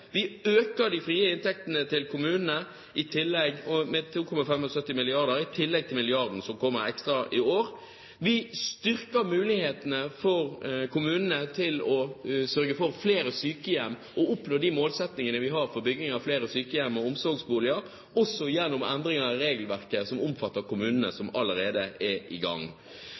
Vi øker de frie inntektene til kommunene med 2,75 mrd. kr, i tillegg til de ekstra milliardene som kommer i år. Vi styrker mulighetene for kommunene til å sørge for flere sykehjem og å oppnå de målsettingene vi har for bygging av flere sykehjem og omsorgsboliger, også gjennom endring av regelverket som omfatter kommunene som allerede er i gang.